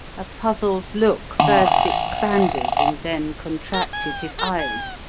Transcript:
a puzzled look first expanded and then contracted his eyes,